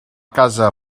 casa